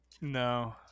No